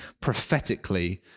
prophetically